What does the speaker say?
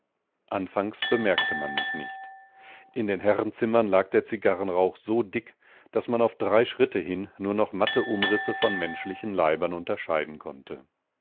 anfangs bemerkte man mich nicht in den herrenzimmern lag der zigarrenrauch so dick daß man auf drei schritte hin nur noch matte umrisse von menschlichen leibern unterscheiden konnte